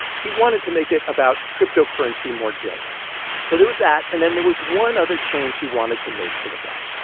he wanted to make it about cryptocurrency more generally so there was that. and then there was one other change he wanted to make to the bet,